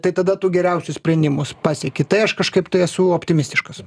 tai tada tu geriausius sprendimus pasieki tai aš kažkaip tai esu optimistiškas